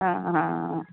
ਹਾਂ ਹਾਂ ਹਾਂ ਹਾਂ